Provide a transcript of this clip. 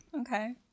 Okay